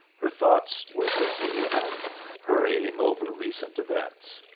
her thoughts were busy, and hurrying over recent events.